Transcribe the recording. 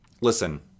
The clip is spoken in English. listen